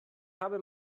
habe